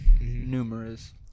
Numerous